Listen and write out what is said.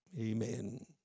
amen